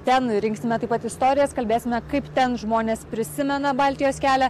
ten rinksime taip pat istorijas kalbėsime kaip ten žmonės prisimena baltijos kelią